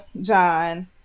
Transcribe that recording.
John